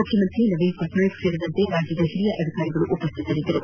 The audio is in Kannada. ಮುಖ್ಯಮಂತ್ರಿ ನವೀನ್ ಪಣ್ವಾಯಕ್ ಸೇರಿದಂತೆ ಹಿರಿಯ ಅಧಿಕಾರಿಗಳು ಉಪಸ್ಥಿತರಿದ್ದರು